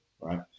Right